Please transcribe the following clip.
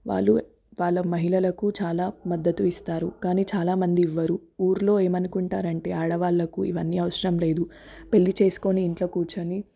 వాళ్ళు వాళ్ళు మహిళలకు చాలా మద్దతు ఇస్తారు కానీ చాలామంది ఇవ్వరు ఊర్లో ఏమనుకుంటారంటే ఆడవాళ్ళకు ఇవన్నీ అవసరం లేదు పెళ్ళి చేసుకొని ఇంట్లో కూర్చొని